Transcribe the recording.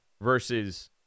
versus